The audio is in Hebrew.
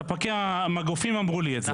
ספקי המגופים אמרו לי את זה.